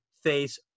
face